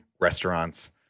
restaurants